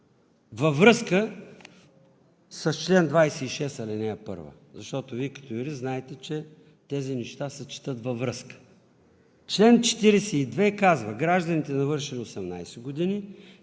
във връзка с чл. 26, ал. 1, защото Вие като юрист знаете, че тези неща се четат във връзка? Член 42 казва: „Гражданите, навършили 18 г.,